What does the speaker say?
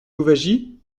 louwagie